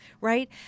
Right